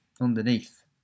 underneath